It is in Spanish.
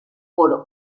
por